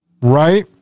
Right